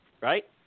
right